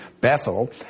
Bethel